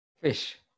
fish